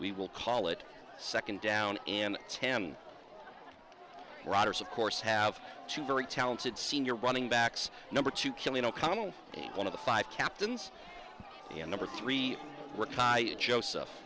we will call it a second down in ten riders of course have two very talented senior running backs number two killing o'connell one of the five captains and number three joseph